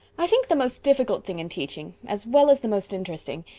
i think the most difficult thing in teaching, as well as the most interesting,